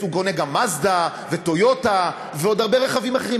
הוא קונה גם "מזדה" ו"טויוטה" ועוד הרבה רכבים אחרים.